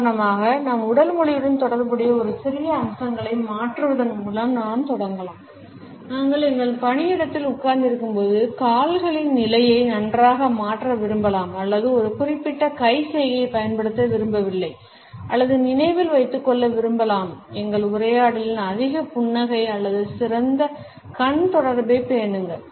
உதாரணமாக நம் உடல் மொழியுடன் தொடர்புடைய ஒரு சிறிய அம்சங்களை மாற்றுவதன் மூலம் நாம் தொடங்கலாம் நாங்கள் எங்கள் பணியிடத்தில் உட்கார்ந்திருக்கும்போது கால்களின் நிலையை நன்றாக மாற்ற விரும்பலாம் அல்லது ஒரு குறிப்பிட்ட கை சைகையைப் பயன்படுத்த விரும்பவில்லை அல்லது நினைவில் வைத்துக் கொள்ள விரும்பலாம் எங்கள் உரையாடலில் அதிக புன்னகை அல்லது சிறந்த கண் தொடர்பைப் பேணுங்கள்